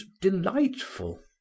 delightful